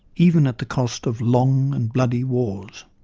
even at the cost of long and bloody wars.